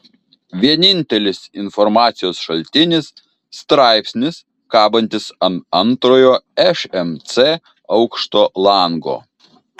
vienintelis informacijos šaltinis straipsnis kabantis ant antrojo šmc aukšto lango